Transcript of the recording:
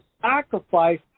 sacrifice